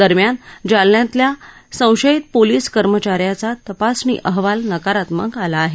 दरम्यान जालन्यातल्या संशयित पोलीस कर्मचाऱ्याचा तपासणी अहवाल नकारात्मक आला आहे